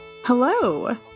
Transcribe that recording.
Hello